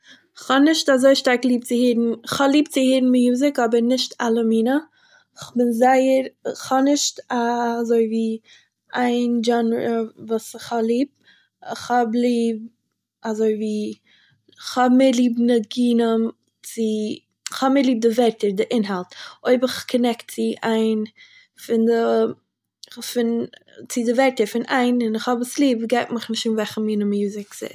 כ'האב נישט אזוי שטארק ליב צו הערן, כ'האב ליב צו הערן מיוזיק אבער נישט אלע מינים, כ'בין זייער- כ'האנישט אזויווי איין זשאנער וואס איך האב ליב, כ'האב ליב אזויווי- כ'האב מער ליב ניגונים צו- כ'האב מער ליב די ווערטער, די אינהאלט, אויב איך קאנעקט צו איין פון די- פון- צו די ווערטער פון איין ניגון און איך האב עס ליב - גייט מיך נישט אן וועלכע מיני מיוזיק ס'איז